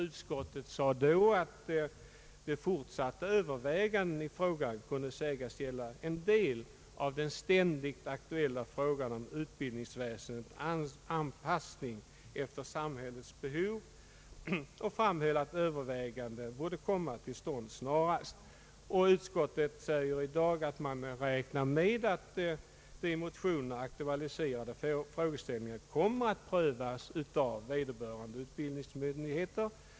Utskottet anförde då att fortsatta överväganden kunde sägas gälla en del av den stän digt aktuella frågan om utbildningsväsendets anpassning till samhällets behov och framhöll att överväganden borde komma till stånd snarast. Utskottet säger i dag att man räknar med att de i motionerna aktualiserade frågeställningarna kommer att prövas av vederbörande utbildningsmyndigheter.